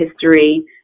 history